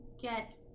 get